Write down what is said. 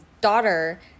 daughter